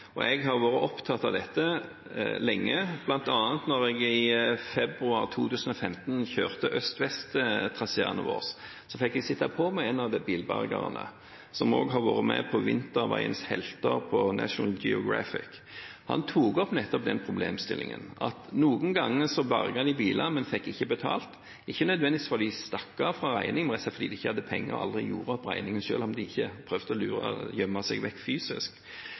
Jeg har vært opptatt av dette lenge, bl.a. da jeg i februar 2015 kjørte øst-vest-traseene våre. Da fikk jeg sitte på med en av bilbergerne som også har vært med på «Vinterveiens helter» på National Geographic. Han tok opp nettopp den problemstillingen at noen ganger berger de biler, men får ikke betalt – ikke nødvendigvis fordi en stakk av fra regningen, men rett og slett fordi en ikke hadde penger og aldri gjorde opp regningen, selv om de ikke prøvde å gjemme seg vekk fysisk.